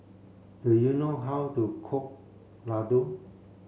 do you know how to cook Laddu